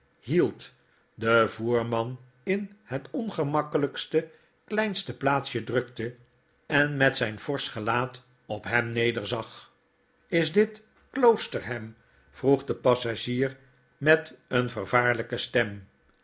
bield den voerman in het ongemakkelykste kleinsteplaatsje drukte en met zyn forsch gelaat op hem nederzag jjs dit kloosterham vroeg de passagier met eene vervaarlyke stem